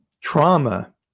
trauma